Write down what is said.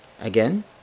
again